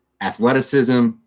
athleticism